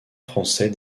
français